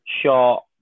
short